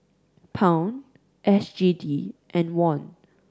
Pound S G D and Won